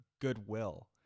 goodwill